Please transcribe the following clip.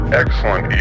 excellent